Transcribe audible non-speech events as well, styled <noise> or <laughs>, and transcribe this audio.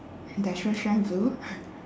industrial strength blue <laughs>